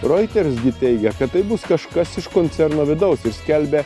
roiters gi teigia kad tai bus kažkas iš koncerno vidaus ir skelbia